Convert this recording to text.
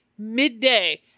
midday